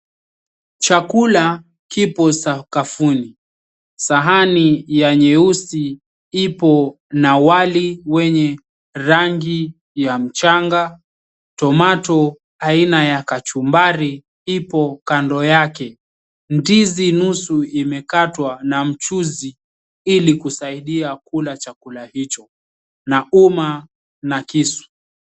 Chakula kipo sakafuni. Sahani ya nyeusi ipo na wali wenye rangi ya mchanga, tomato aina ya kachumbari ipo kando yake. Ndizi nusu imekatwa na mchuzi ili kusaidia hakuna chakula hicho, na umma na kisu.